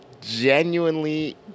genuinely